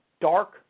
dark